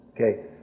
Okay